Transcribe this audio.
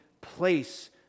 place